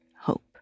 hope